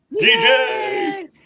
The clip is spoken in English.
DJ